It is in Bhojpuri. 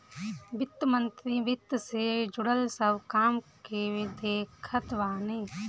वित्त मंत्री वित्त से जुड़ल सब काम के देखत बाने